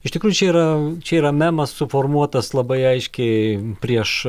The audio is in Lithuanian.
iš tikrųjų čia yra čia yra memas suformuotas labai aiškiai prieš